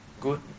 Good